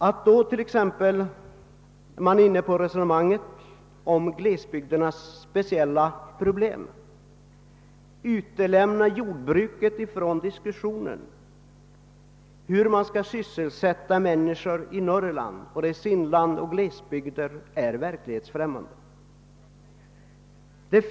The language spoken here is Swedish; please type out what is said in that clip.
Att då vid diskussion om glesbygdernas speciella problem utelämna jordbruket som en möjlighet att sysselsätta människor i Norrlands inland och glesbygder är verklighetsfrämmande.